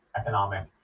economic